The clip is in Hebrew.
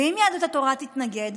ואם יהדות התורה תתנגד?